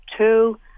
two